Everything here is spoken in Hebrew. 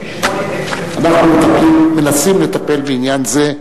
מ-1968, אנחנו מנסים לטפל בעניין זה.